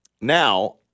Now